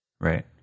Right